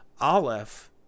Aleph